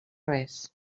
res